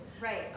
Right